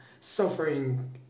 suffering